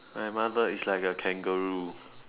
my mother is like a kangaroo